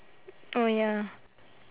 orh ya